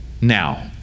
now